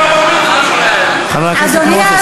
הרבנים האלה?